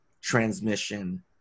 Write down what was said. transmission